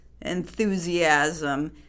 enthusiasm